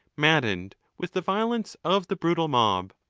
mad dened with the violence of the brutal mob.